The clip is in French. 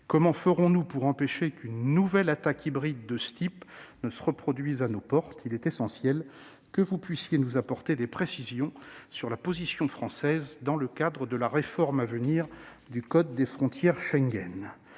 comment ferons-nous pour empêcher qu'une nouvelle attaque hybride de ce type ne se reproduise à nos portes ? Il est essentiel que vous puissiez nous apporter des précisions sur la position française dans le cadre de la réforme à venir du code frontières Schengen.